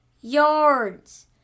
yards